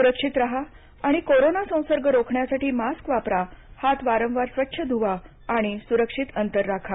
सुरक्षित राहा आणि कोरोना संसर्ग रोखण्यासाठी मास्क वापरा हात वारंवार स्वच्छ धुवा सुरक्षित अंतर ठेवा